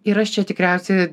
ir aš čia tikriausiai